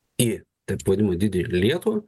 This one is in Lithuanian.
į taip vadinamą didįjį lietuvą